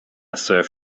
surf